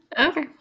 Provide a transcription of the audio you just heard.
Okay